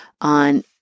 on